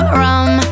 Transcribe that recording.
rum